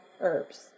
herbs